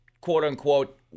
quote-unquote